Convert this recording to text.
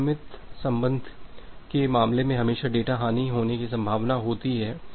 असममित संबंध के मामले में हमेशा डेटा हानि होने की संभावना होती है